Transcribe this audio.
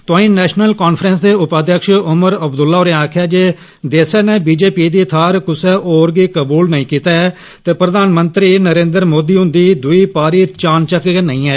तोआईं नेषन कांफ्रेंस दे उपाध्यक्ष उमर अब्दुल्ला होरे आक्खेआ ऐ जे देसै नै भाजपा दी थाहर कुसै होर गी कबूल नेई कीता ऐ ते प्रधानमंत्री नरेन्द्र मोदी हुंदी दूई पारी चानचक्क गै नेईं ऐ